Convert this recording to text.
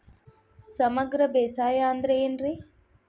ಸಮಗ್ರ ಬೇಸಾಯ ಅಂದ್ರ ಏನ್ ರೇ?